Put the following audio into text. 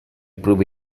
prove